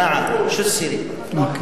(אומר בשפה הערבית: חבר'ה, מה קורה?